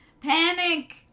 Panic